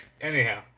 anyhow